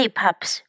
pups